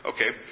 Okay